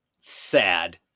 sad